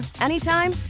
anytime